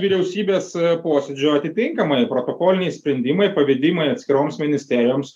vyriausybės posėdžio atitinkamai protokoliniai sprendimai pavedimai atskiroms ministerijoms